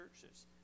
churches